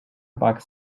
back